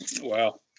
Wow